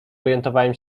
orientowałem